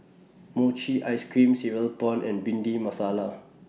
Mochi Ice Cream Cereal Prawns and Bhindi Masala